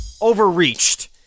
overreached